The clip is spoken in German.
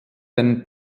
den